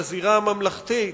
בזירה הממלכתית,